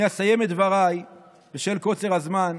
אני אסיים את דבריי בשל קוצר הזמן,